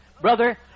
Brother